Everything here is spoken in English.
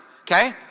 Okay